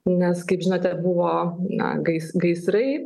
nes kaip žinote buvo na gais gaisrai